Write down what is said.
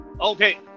okay